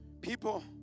people